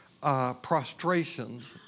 prostrations